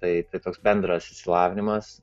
tai toks bendras išsilavinimas